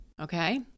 Okay